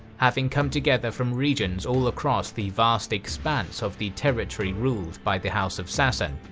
having come together from regions all across the vast expanse of the territory ruled by the house of sasan,